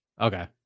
Okay